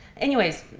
anyways,